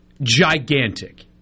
gigantic